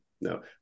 no